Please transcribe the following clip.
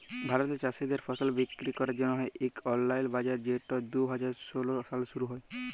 ভারতে চাষীদের ফসল বিক্কিরি ক্যরার জ্যনহে ইক অললাইল বাজার যেট দু হাজার ষোল সালে শুরু হ্যয়